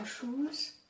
shoes